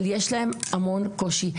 אבל יש להן המון קושי.